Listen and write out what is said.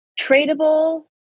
tradable